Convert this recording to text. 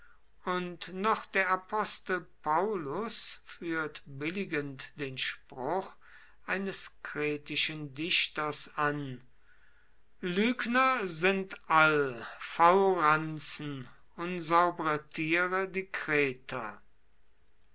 und noch der apostel paulus führt billigend den spruch eines kretischen dichters an lügner sind all faulranzen unsaubere tiere die kreter